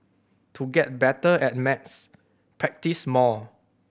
to get better at maths practise more